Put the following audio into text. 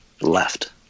left